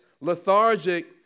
lethargic